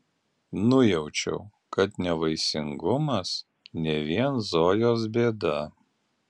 nujaučiau kad nevaisingumas ne vien zojos bėda